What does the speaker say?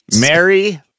Mary